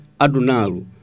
adunaru